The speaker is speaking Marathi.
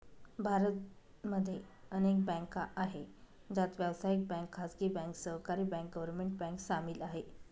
भारत मध्ये अनेक बँका आहे, ज्यात व्यावसायिक बँक, खाजगी बँक, सहकारी बँक, गव्हर्मेंट बँक सामील आहे